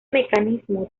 mecanismo